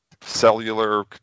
cellular